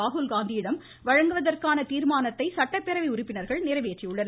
ராகுல் காந்தியிடம் வழங்குவதற்கான தீர்மானத்தை சட்டப்பேரவை உறுப்பினர்கள் நிறைவேற்றியுள்ளனர்